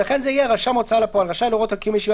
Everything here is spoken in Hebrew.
ולכן זה יהיה: רשם ההוצאה לפועל רשאי להורות על קיום ישיבה